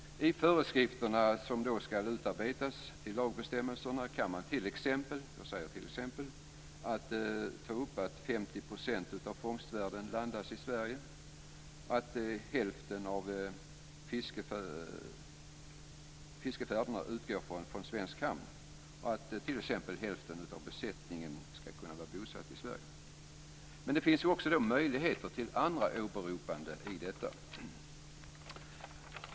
I de föreskrifter som skall utarbetas till lagsbestämmelserna kan t.ex. - jag säger t.ex. - tas upp att 50 % av fångstvärdet landas i Sverige, att hälften av fiskefärderna utgår från svensk hamn och att hälften av besättningen skall vara bosatt i Sverige. Det finns också möjlighet till andra åberopanden i detta.